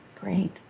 Great